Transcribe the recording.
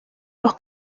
los